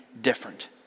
different